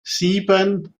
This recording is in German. sieben